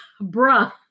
bruh